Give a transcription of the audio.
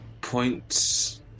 points